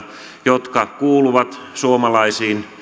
jotka kuuluvat suomalaisiin